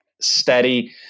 steady